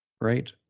right